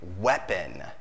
weapon